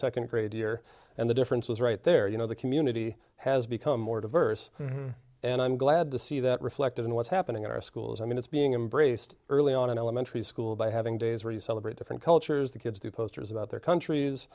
second grade year and the difference was right there you know the community has become more diverse and i'm glad to see that reflected in what's happening in our schools i mean it's being embraced early on in elementary school by having days where you celebrate different cultures the kids the posters about their countries